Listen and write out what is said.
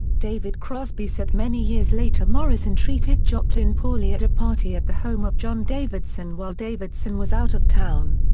david crosby said many years later morrison treated joplin poorly at a party at the home of john davidson while davidson was out of town.